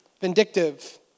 vindictive